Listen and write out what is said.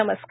नमस्कार